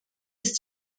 ist